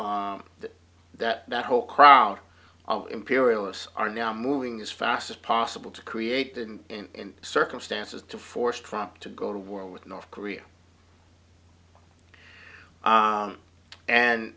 that that whole crowd imperialists are now moving as fast as possible to create in circumstances to force trump to go to war with north korea